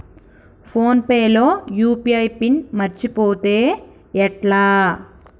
Phone pay లో UPI pin మరచిపోతే ఎట్లా?